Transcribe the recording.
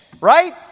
right